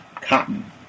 Cotton